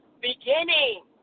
Beginning